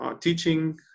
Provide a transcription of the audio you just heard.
teaching